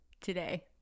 today